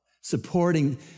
supporting